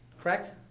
correct